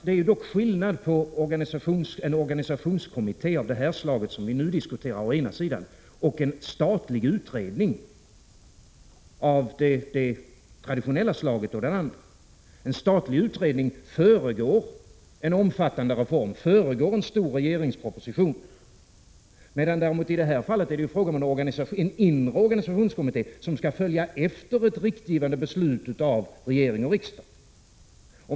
Det är dock skillnad på å ena sidan en organisationskommitté av det slag som vi nu diskuterar, och å andra sidan en statlig utredning av det traditionella slaget. En statlig utredning föregår en omfattande reform och en stor regeringsproposition. I detta fall är det däremot fråga om en inre organisationskommitté som skall följa efter ett riktgivande beslut av regering och riksdag.